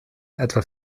etwa